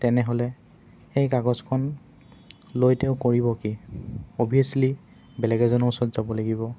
তেনেহ'লে সেই কাগজখন লৈ তেওঁ কৰিব কি অভিয়াছলি বেলেগ এজনৰ ওচৰত যাব লাগিব